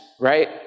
right